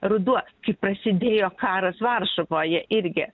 ruduo kai prasidėjo karas varšuvoje irgi